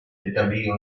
établit